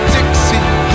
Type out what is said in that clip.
Dixie